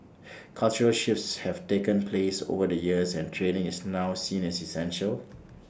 cultural shifts have taken place over the years and training is now seen as essential